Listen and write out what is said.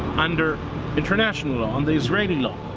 under international law, on the israeli law.